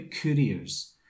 couriers